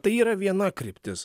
tai yra viena kryptis